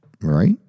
right